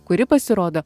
kuri pasirodo